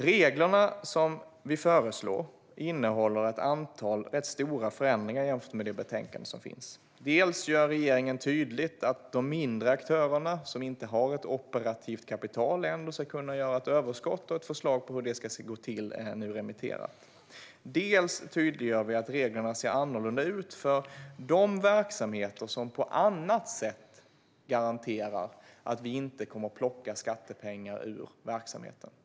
Reglerna som vi föreslår innehåller ett antal rätt stora förändringar jämfört med dem som finns i betänkandet. Regeringen är tydlig med att de mindre aktörer som inte har ett operativt kapital ändå ska kunna gå med överskott, och ett förslag till hur det ska gå till är nu ute på remiss. Vi tydliggör också att reglerna ser annorlunda ut för de verksamheter som på annat sätt garanterar att man inte kommer att plocka ut skattepengar ur verksamheten.